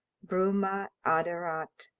bruma aderat,